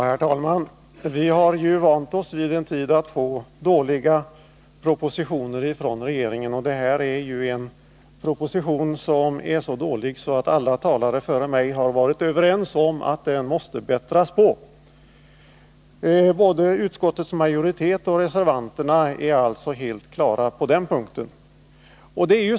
Herr talman! Vi har en tid vant oss vid att få dåliga propositioner från regeringen. Den nu behandlade propositionen är så dålig att alla talare före mig har varit överens om att den måste bättras på. Både utskottets majoritet och reservanterna är alltså helt ense på den punkten.